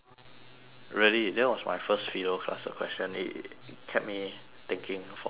really that was my first philo class uh question it kept me thinking for a long time